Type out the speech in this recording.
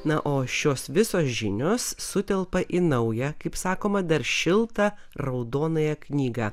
na o šios visos žinios sutelpa į naują kaip sakoma dar šiltą raudonąją knygą